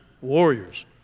Warriors